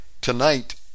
tonight